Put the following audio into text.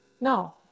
No